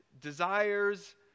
desires